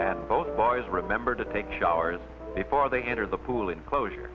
both boys remember to take showers before they enter the pool enclosure